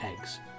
eggs